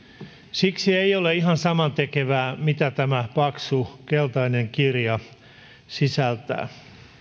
siksi ei ole ihan samantekevää mitä tämä paksu keltainen kirja sisältää